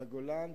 בגולן,